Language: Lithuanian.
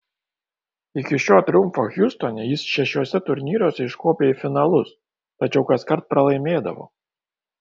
iki šio triumfo hjustone jis šešiuose turnyruose iškopė į finalus tačiau kaskart pralaimėdavo